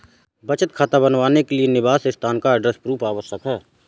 बचत खाता बनवाने के लिए निवास स्थान का एड्रेस प्रूफ आवश्यक है